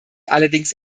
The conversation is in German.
allerdings